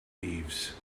thieves